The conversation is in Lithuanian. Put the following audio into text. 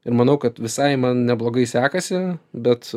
ir manau kad visai man neblogai sekasi bet